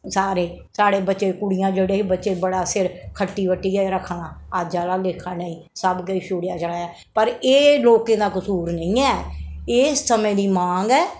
सारे साढ़े बच्चे कुड़ियां जेह्ड़े हे बच्चे बड़ा सिर खट्टी खट्टियै रक्खना अज्ज आह्ला लेखा नेईं सब किश छोड़ेआ छोड़ाया पर एह् लोकें दे कसूर नेईं ऐ एह् समें दी मंग ऐ